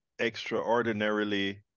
extraordinarily